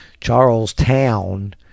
Charlestown